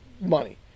money